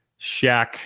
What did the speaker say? Shaq